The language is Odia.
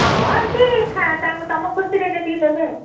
ହଁ ଏମିତି ତମ ଖୁସିରେ ଯେତିକି ଦେବେ